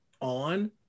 on